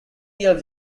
you’ve